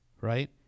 right